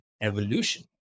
evolution